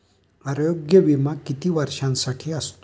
आरोग्य विमा किती वर्षांसाठी असतो?